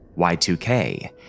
Y2K